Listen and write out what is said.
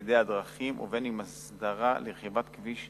בצדי הדרכים ובין הסדרה לרכיבת כביש,